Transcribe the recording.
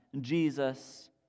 Jesus